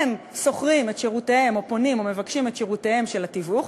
שוכרים את שירותיהם או פונים או מבקשים את שירותי התיווך,